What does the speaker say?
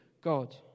God